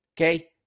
okay